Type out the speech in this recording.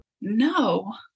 No